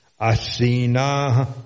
asina